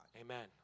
Amen